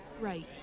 Right